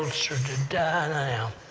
ulcer to die now,